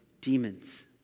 demons